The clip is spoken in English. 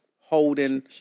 holding